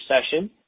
session